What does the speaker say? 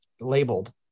labeled